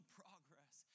progress